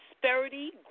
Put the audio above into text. prosperity